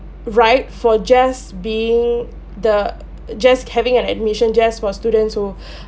right for just being the just having an admission just for students who